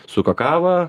su kakava